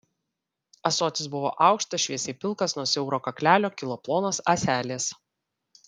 ąsotis buvo aukštas šviesiai pilkas nuo siauro kaklelio kilo plonos ąselės